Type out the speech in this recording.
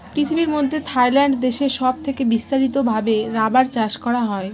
পৃথিবীর মধ্যে থাইল্যান্ড দেশে সব থেকে বিস্তারিত ভাবে রাবার চাষ করা হয়